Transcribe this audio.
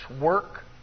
work